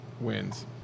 wins